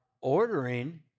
ordering